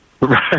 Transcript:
right